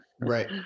Right